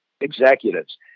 executives